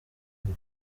bwe